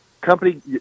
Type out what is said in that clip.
company